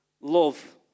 love